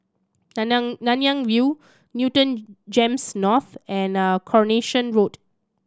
Nanyang Nanyang View Newton GEMS North and Coronation Road